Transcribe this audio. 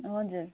हजुर